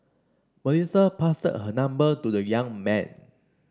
Melissa passed her number to the young man